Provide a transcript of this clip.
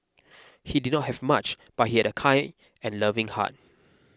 he did not have much but he had a kind and loving heart